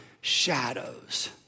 shadows